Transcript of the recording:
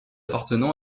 appartenant